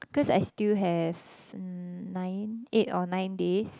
cause I still have nine eight or nine days